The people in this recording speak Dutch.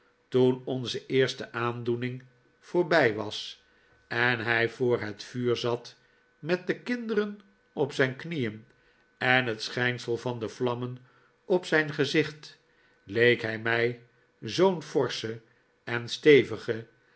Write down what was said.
toen onze eerste aandoening voorbij was en hij voor het vuur zat met de kinderen op zijn knieen en het schijnsel van de vlammen op zijn gezicht leek hij mij zoo'n forsche en stevige